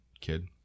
kid